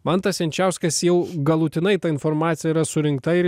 mantas jančiauskas jau galutinai ta informacija yra surinkta ir